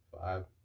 five